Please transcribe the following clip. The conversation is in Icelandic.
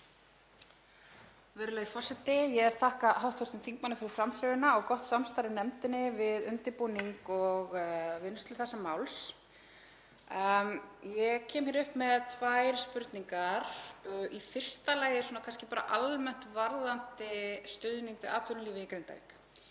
Virðulegi forseti. Ég þakka hv. þingmanni framsöguna og gott samstarf í nefndinni við undirbúning og vinnslu þessa máls. Ég kem hér upp með tvær spurningar. Í fyrsta lagi kannski bara almennt varðandi stuðning við atvinnulífið í Grindavík.